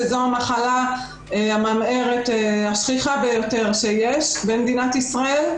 שזו המחלה הממארת השכיחה ביותר שיש במדינת ישראל.